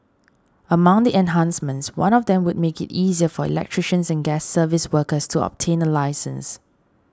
among the enhancements one of them would make it easier for electricians and gas service workers to obtain a licence